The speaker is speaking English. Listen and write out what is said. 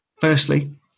Firstly